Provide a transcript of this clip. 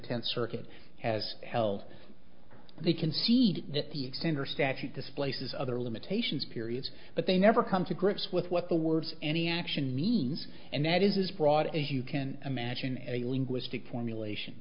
tenth circuit has held the concede that the sender statute displaces other limitations periods but they never come to grips with what the words any action means and that is as broad as you can imagine a linguistic